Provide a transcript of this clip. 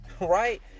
right